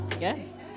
Yes